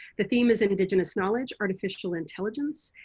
the theme is indigenous knowledge, artificial intelligence,